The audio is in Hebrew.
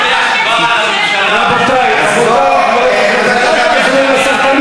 אתה יודע, שהיועץ המשפטי לממשלה לא אפשר לאשר,